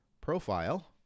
profile